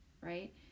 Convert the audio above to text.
right